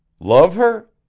love her?